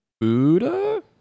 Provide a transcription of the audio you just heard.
buddha